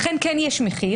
לכן כן יש מחיר